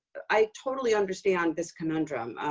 i totally understand this conundrum.